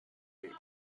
big